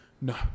no